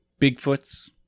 bigfoots